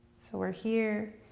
so we're here,